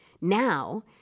Now